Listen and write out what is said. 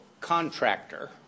contractor